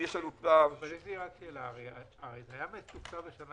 היה מתוקצב בשנה